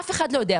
אף אחד לא יודע.